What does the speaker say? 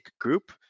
group